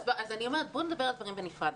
אז אני אומרת, בוא נדבר על הדברים בנפרד.